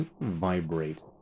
vibrate